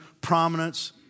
prominence